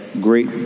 great